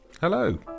Hello